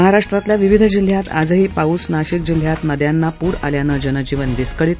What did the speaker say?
महाराष्ट्रातल्या विविध जिल्ह्यात आजही पाऊस नाशिक जिल्ह्यात नद्यांना पूर आल्यामुळे जनजीवन विस्कळीत